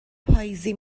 پاییزی